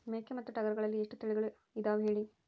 ಮೇಕೆ ಮತ್ತು ಟಗರುಗಳಲ್ಲಿ ಎಷ್ಟು ತಳಿಗಳು ಇದಾವ ಹೇಳಿ?